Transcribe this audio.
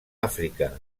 àfrica